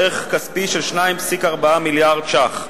בערך כספי של 2.4 מיליארד שקלים.